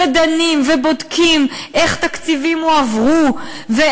ודנים ובודקים איך הועברו תקציבים,